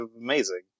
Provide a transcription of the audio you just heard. amazing